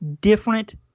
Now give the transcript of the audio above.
different